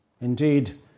indeed